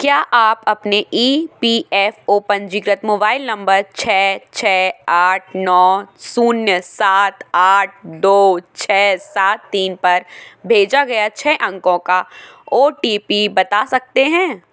क्या आप अपने ई पी एफ ओ पंजीकृत मोबाइल नम्बर दो छः आठ नौ शून्य सात आठ दो छः सात तीन पर भेजा गया छः अंकों का ओ टी पी बता सकते हैं